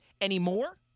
anymore